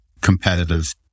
competitive